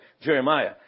Jeremiah